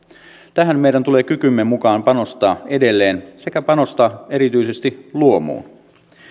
tähän meidän tulee kykymme mukaan panostaa edelleen sekä panostaa erityisesti luomuun